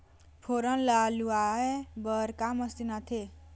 फोरन ला लुआय बर का मशीन आथे?